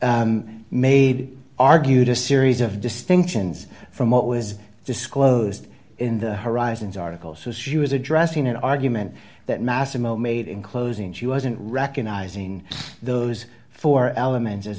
massimo made argued a series of distinctions from what was disclosed in the horizons article so she was addressing an argument that massimo made in closing she wasn't recognizing those four elements as